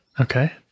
okay